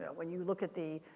yeah when you look at the,